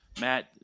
matt